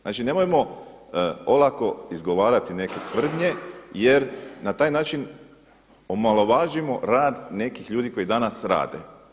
Znači nemojmo olako izgovarati neke tvrdnje jer na taj način omalovažavamo rad nekih ljudi koji danas rade.